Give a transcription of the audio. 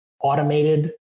automated